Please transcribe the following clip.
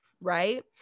right